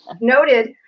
noted